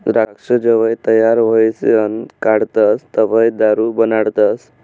द्राक्ष जवंय तयार व्हयीसन काढतस तवंय दारू बनाडतस